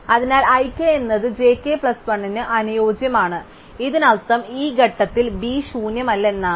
അതിനാൽ i k എന്നത് j k plus 1 ന് അനുയോജ്യമാണ് ഇതിനർത്ഥം ഈ ഘട്ടത്തിൽ B ശൂന്യമല്ല എന്നാണ്